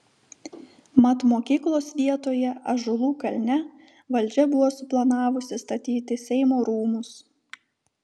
mat mokyklos vietoje ąžuolų kalne valdžia buvo suplanavusi statyti seimo rūmus